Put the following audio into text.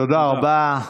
תודה רבה.